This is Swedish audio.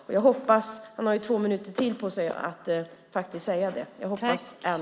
Jordbruksministern har ytterligare två minuter för att säga detta. Jag hoppas än.